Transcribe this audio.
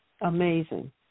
Amazing